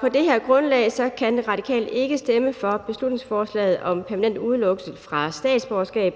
på det her grundlag kan Radikale ikke stemme for beslutningsforslaget om permanent udelukkelse fra statsborgerskab.